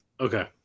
Okay